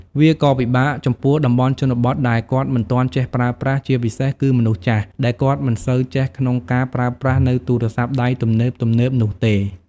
វាក៏ពិបាកចំពោះតំបន់ជនបទដែលគាត់មិនទាន់ចេះប្រើប្រាស់ ជាពិសេសគឺមនុស្សចាស់ដែលគាត់មិនសូវចេះក្នុងការប្រើប្រាស់នូវទូរស័ព្ទដៃទំនើបៗនោះទេ។